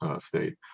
state